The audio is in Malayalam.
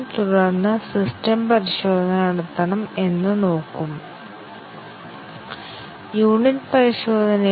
ഇപ്പോൾ ഞങ്ങൾ ചർച്ച ചെയ്തതിനെ അടിസ്ഥാനമാക്കി നമുക്ക് ഒരു DU ചെയിൻ നിർവ്വചിക്കാം